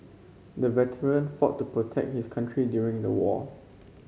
the veteran fought to protect his country during the war